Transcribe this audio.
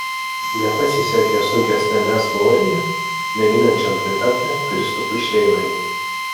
nepasisekė sunkesniame svoryje mėginančiam pritapti kristupui šleivai